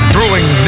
Brewing